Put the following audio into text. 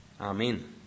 Amen